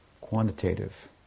quantitative